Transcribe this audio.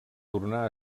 tornà